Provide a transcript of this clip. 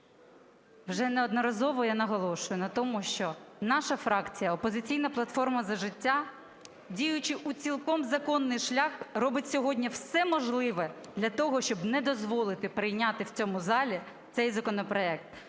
Вже неодноразово я наголошую на тому, що наша фракція "Опозиційна платформа – За життя", діючи у цілком законний шлях, робить сьогодні все можливе для того, щоб не дозволити прийняти в цьому залі цей законопроект,